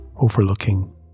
overlooking